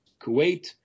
Kuwait